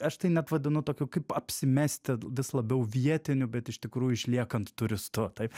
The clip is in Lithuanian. aš tai net vadinu tokiu kaip apsimesti vis labiau vietiniu bet iš tikrųjų išliekant turistu taip